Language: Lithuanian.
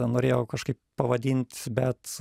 norėjo kažkaip pavadint bet